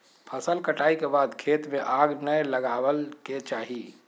फसल कटाई के बाद खेत में आग नै लगावय के चाही